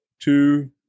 two